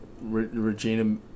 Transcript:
Regina